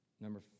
Number